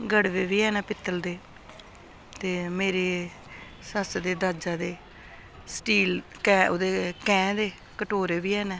गड़बे बी हैन पित्तल दे ते मेरे सस्स दे दाजा दे स्टील कैंह् ओह्दे कैंह् दे कटोरे बी हैन